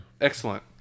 excellent